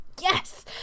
Yes